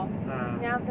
uh